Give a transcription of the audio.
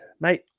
Mate